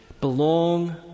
belong